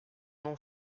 nom